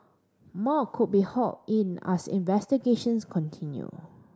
more could be hauled in as investigations continue